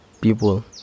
people